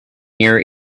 near